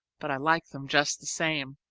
but i like them just the same.